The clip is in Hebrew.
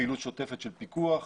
פעילות שותפת של פיקוח,